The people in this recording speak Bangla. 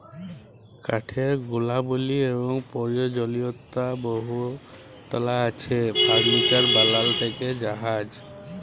কাঠের গুলাবলি এবং পরয়োজলীয়তা বহুতলা আছে ফারলিচার বালাল থ্যাকে জাহাজ